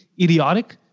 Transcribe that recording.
idiotic